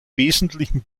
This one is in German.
wesentlichen